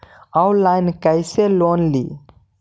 Online कैसे loan ली?